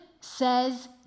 says